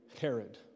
Herod